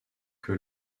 que